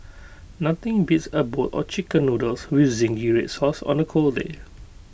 nothing beats A bowl of Chicken Noodles with Zingy Red Sauce on A cold day